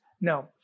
No